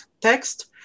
text